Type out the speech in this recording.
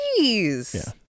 jeez